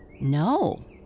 No